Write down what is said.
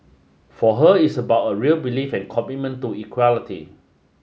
for her it's about a real belief and commitment to equality